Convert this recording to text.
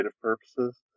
purposes